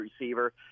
receiver